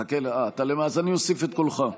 אני אוסיף את קולך.